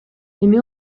эми